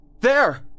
There